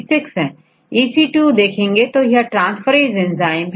जैसेEC2 देख यह पता चलेगा कि यह ट्रांसफरएस एंजाइम है